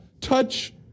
touch